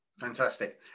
Fantastic